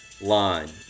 line